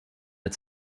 its